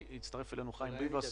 הצטרף אלינו גם חיים ביבס,